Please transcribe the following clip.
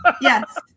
Yes